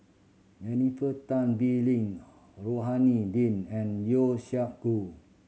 Jennifer Tan Bee Leng Rohani Din and Yeo Siak Goon